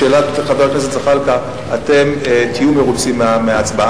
לשאלת חבר הכנסת זחאלקה, אתם תהיו מרוצים מההצבעה.